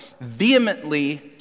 vehemently